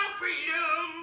freedom